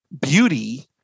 beauty